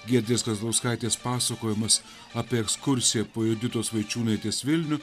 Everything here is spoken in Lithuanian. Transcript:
giedrės kazlauskaitės pasakojimas apie ekskursiją po juditos vaičiūnaitės vilnių